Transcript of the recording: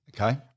Okay